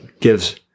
gives